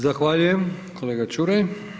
Zahvaljujem, kolega Čuraj.